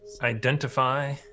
Identify